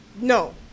no